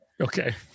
Okay